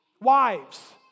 Wives